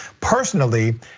personally